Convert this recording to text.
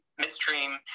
Midstream